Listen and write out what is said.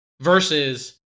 versus